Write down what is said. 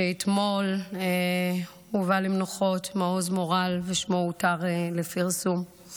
שאתמול הובא למנוחות מעוז מורל ושמו הותר לפרסום.